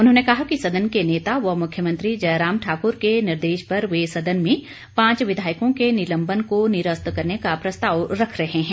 उन्होंने कहा कि सदन के नेता व मुख्यमंत्री जयराम ठाकुर के निर्देश पर वे सदन में पांच विधायकों के निलंबन को निरस्त करने का प्रस्ताव रख रहे हैं